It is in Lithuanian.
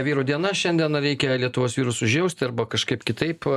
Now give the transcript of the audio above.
vyrų diena šiandien ar reikia lietuvos vyrus užjausti arba kažkaip kitaip